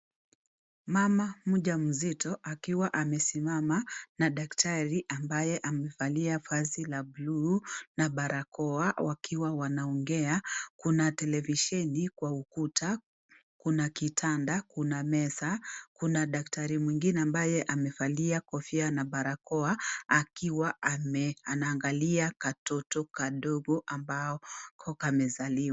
Mama mjamzito akiwa amesimama na daktari ambaye amevalia vazi la buluu na barakoa wakiwa wanaongea. Kuna televishieni kwa ukuta, kuna kitanda, kuna meza, kuna daktari mwingine ambaye amevalia kofia na barakoa akiwa anaangalia katoto kadogo ambako kamezaliwa.